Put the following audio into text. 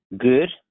good